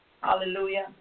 Hallelujah